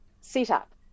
setup